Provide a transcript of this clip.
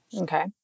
Okay